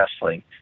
Wrestling